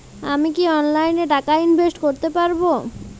আমি কি অনলাইনে টাকা ইনভেস্ট করতে পারবো?